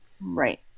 Right